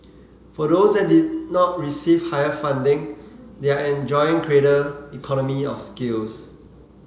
for those that did not receive higher funding they are enjoying greater economy of scales